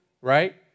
right